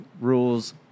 rules